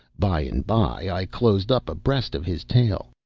by and by i closed up abreast of his tail.